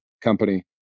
Company